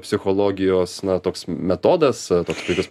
psichologijos na toks metodas toks puikus